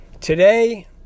Today